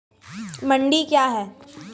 मंडी क्या हैं?